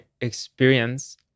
experience